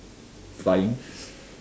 flying